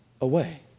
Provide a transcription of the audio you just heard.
away